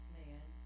man